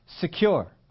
secure